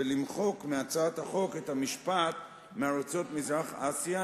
ולמחוק מהצעת החוק את המשפט: "מארצות מזרח-אסיה,